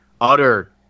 utter